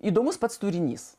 įdomus pats turinys